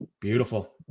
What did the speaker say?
Beautiful